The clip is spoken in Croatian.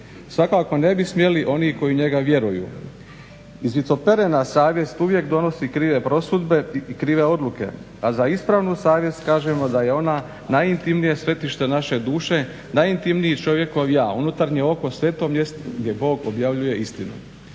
Svakako ne bi smjeli oni koji u njega vjeruju. Izvitoperena savjest uvijek donosi krive prosudbe i krive odluke, a za ispravnu savjest kažemo da je ona najintimnije svetište naše duše, najintimniji čovjek ja, unutarnje oko, sveto mjesto gdje Bog objavljuje istinu.